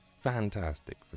fantastic